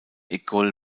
école